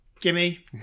gimme